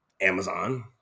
Amazon